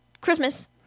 Christmas